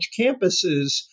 campuses